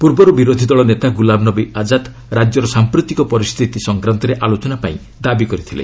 ପୂର୍ବରୁ ବିରୋଧୀଦଳ ନେତା ଗୁଲାମନବୀ ଆଜ୍ଞାଦ ରାଜ୍ୟର ସାମ୍ପ୍ରତିକ ପରିସ୍ଥିତି ସଂକ୍ରାନ୍ତରେ ଆଲୋଚନା ପାଇଁ ଦାବି କରିଥିଲେ